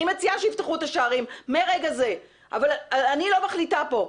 אני מציעה שיפתחו את השערים מרגע זה אבל אני לא מחליטה פה.